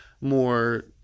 more